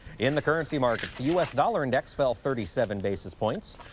in the currency markets, the u s. dollar index fell thirty seven basis points.